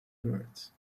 birds